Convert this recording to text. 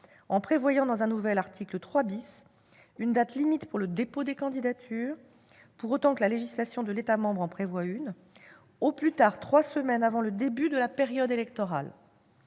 en prévoyant, dans un nouvel article 3 , une date limite pour le dépôt des candidatures, pour autant que la législation de l'État membre en prévoie une, au plus tard trois semaines avant le début de la période électorale.